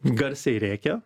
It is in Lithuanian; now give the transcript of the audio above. garsiai rėkia